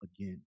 again